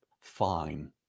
fine